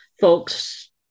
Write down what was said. folks